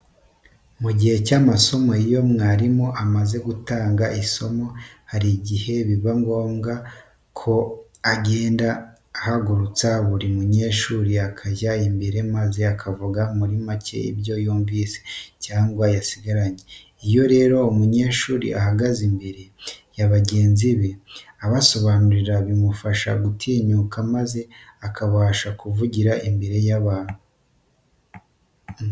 Mu gihe cy'amasomo iyo mwarimu amaze gutanga isomo, hari igihe biba ngombwa ko agenda ahagurutsa buri munyeshuri akajya imbere maze akavuga muri make ibyo yumvise cyangwa yasigaranye. Iyo rero umunyeshuri ahagaze imbere y'abagenzi be abasobanurira bimufasha gutinyuka maze akabasha kuvugira imbere y'abantu.